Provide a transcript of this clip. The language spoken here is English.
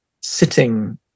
sitting